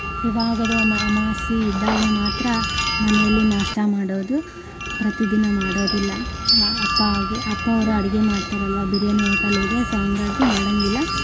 ಯವಾಗಾದರೂ ಅಮ ಅಮಾವಾಸ್ಯೆ ಇದ್ದಾಗೆ ಮಾತ್ರ ಮನೆಯಲ್ಲಿ ನಾಷ್ಟಾ ಮಾಡೋದು ಪ್ರತಿದಿನ ಮಾಡೋದಿಲ್ಲ ಅಪ್ಪ ಆಗಿ ಅಪ್ಪಾವ್ರು ಅಡುಗೆ ಮಾಡ್ತಾರಲ್ವ ಬಿರಿಯಾನಿ ಓಟಲ್ ಇದೆ ಸೊ ಹಾಗಾಗಿ ಮಾಡೋಂಗಿಲ್ಲ